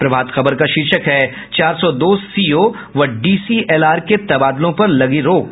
प्रभात खबर का शीर्षक है चार सौ दो सीओ व डीसीएलआर के तबादलों पर लगी रोक